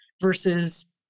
versus